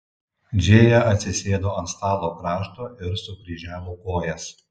džėja atsisėdo ant stalo krašto ir sukryžiavo kojas